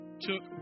took